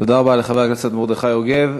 תודה רבה לחבר הכנסת מרדכי יוגב.